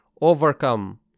overcome